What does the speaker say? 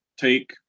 take